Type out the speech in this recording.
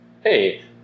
hey